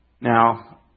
Now